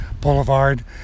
Boulevard